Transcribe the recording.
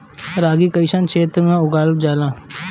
रागी कइसन क्षेत्र में उगावल जला?